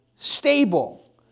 Stable